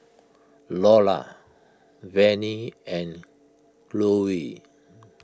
Lolla Vannie and Chloe